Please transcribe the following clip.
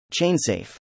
ChainSafe